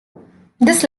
this